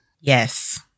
Yes